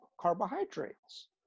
carbohydrates